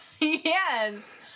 Yes